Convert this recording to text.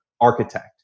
architect